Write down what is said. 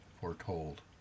foretold